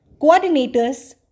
Coordinators